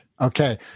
Okay